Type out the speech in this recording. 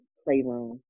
playroom